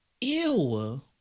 Ew